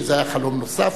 שזה היה חלום נוסף,